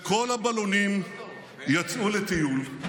וכל הבלונים יצאו לטיול.